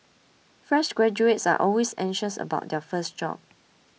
fresh graduates are always anxious about their first job